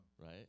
right